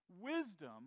Wisdom